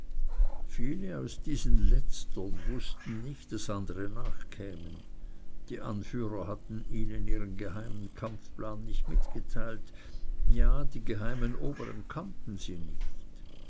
viele aus diesen letztern wußten nicht daß andere nachkämen die anführer hatten ihnen ihren geheimen kampfplan nicht mitgeteilt ja die geheimen obern kannten sie nicht